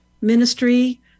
ministry